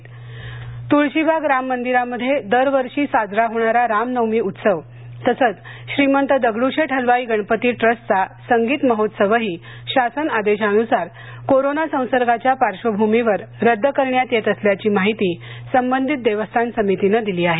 तुळशीबाग रामनवमी उत्सव तुळशीबाग राममंदिरामध्ये दरवर्षी साजरा होणारा रामनवमी उत्सव तसंच श्रीमंत दगडूशेठ हलवाई गणपती ट्रस्टचा संगीत महोत्सवही शासन आदेशानुसार कोरोना संसर्गाच्या पार्श्वभूमीवर रद्द करण्यात येत असल्याची माहिती संबंधित देवस्थान समितीने दिली आहे